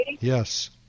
yes